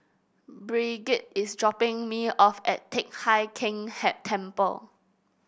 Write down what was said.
Brigitte is dropping me off at Teck Hai Keng head Temple